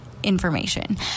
Information